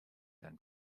than